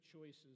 choices